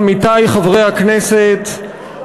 עמיתי חברי הכנסת,